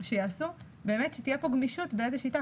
- שתהיה כאן גמישות באיזו שיטה.